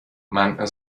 man